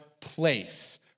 place